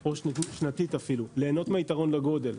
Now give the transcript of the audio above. או אפילו שנתית וליהנות מהיתרון לגודל.